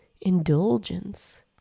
indulgence